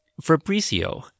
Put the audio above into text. Fabrizio